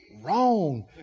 Wrong